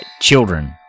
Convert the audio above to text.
children